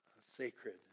sacred